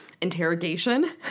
interrogation